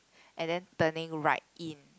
and then turning right in